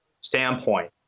standpoint